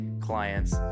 clients